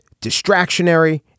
distractionary